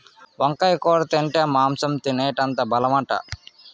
వంకాయ కూర తింటే మాంసం తినేటంత బలమట